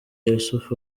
yusuf